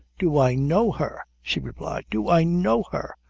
do i know her! she replied do i know her!